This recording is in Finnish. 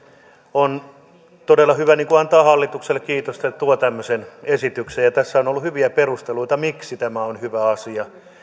on todella hyvä antaa hallitukselle kiitosta että tuo tämmöisen esityksen tässä on ollut hyviä perusteluita miksi tämä on hyvä asia